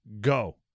go